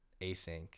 Async